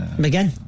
Begin